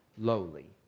lowly